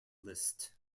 list